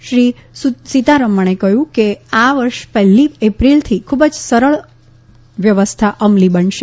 સુશ્રી સીતારમણે કહયું કે આ વર્ષ પહેલી એપ્રિલ થી ખુબ જ સરળ વ્યવસ્થા અમલી બનશે